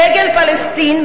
דגל פלסטין,